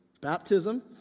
Baptism